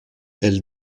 elle